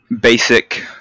basic